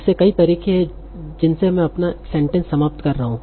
ऐसे कई तरीके हैं जिनसे मैं अपना सेंटेंस समाप्त कर सकता हूं